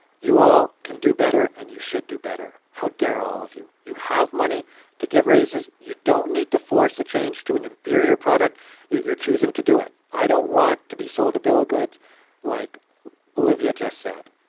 you all can do better and you should do better. how dare all of you. you have money to give raises, you don't need to force a change to inferior product. yet you're choosing to do it. i don't want to be sold a bill of ah goods like olivia just said.